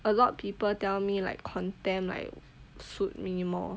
a lot people tell me like contemporary like suit me more